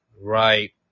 right